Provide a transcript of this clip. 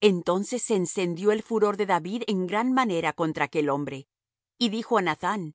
entonces se encendió el furor de david en gran manera contra aquel hombre y dijo á nathán